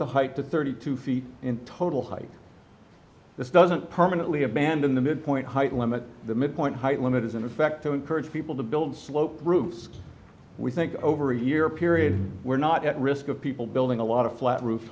the height to thirty two feet in total height this doesn't permanently abandon the midpoint height limit the midpoint height limit is in effect to encourage people to build slope roots we think over a year period we're not at risk of people building a lot of flat roof